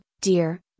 dear